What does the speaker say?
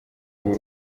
ubu